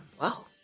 wow